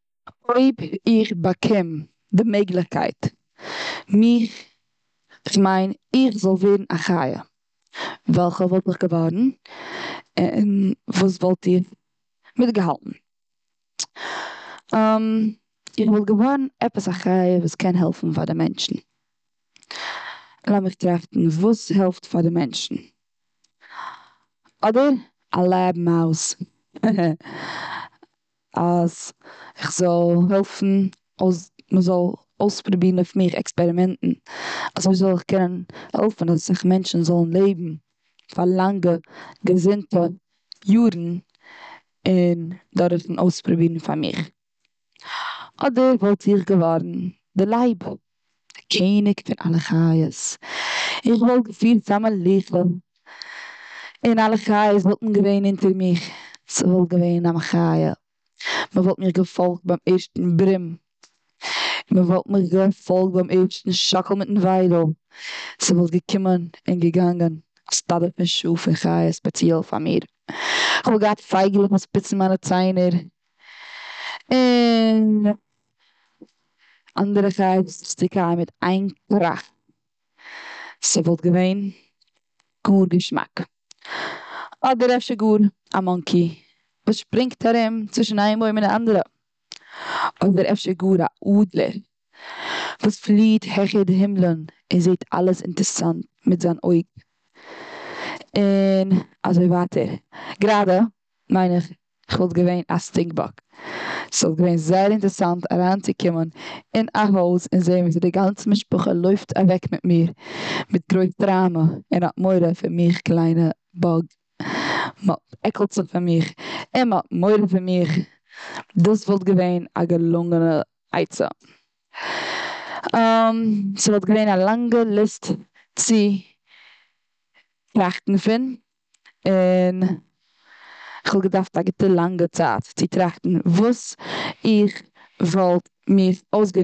זיי וואלטן געוואוינט אינטערן וואסער און איין ריזיגע סובמערין. און דריי מאל א טאג האט מען געקענט ארויס גיין מיט א ספעציעלע מאסק. און ארום גיין זעהן די פישן און אריין גיין און היילן. און זיי האבן אויסגעטראפן אסאך אינטערסאנטע זאכן פארן וועלט. דורכן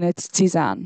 באטראכטן